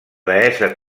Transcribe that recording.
deessa